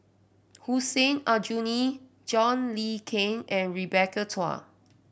Hussein Aljunied John Le Cain and Rebecca Chua